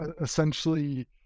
essentially